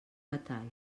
batall